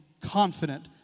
confident